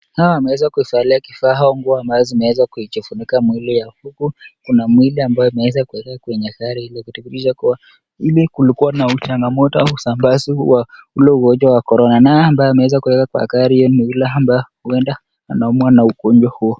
Hawa wameweza kuvalia kifaa au nguo ambazo zimeweza kujifunika mwili yao huku kuna mwili ambayo imeweza kuwekwa kwenye gari hilo ikidhihirisha kuwa ili kulikua na changamoto ya usambazaji wa ule ugonjwa wa korona. Naye ambaye ameweza kuwekwa kwa gari ni yule ambaye huenda anaumwa na ugonjwa huo.